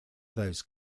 those